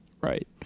Right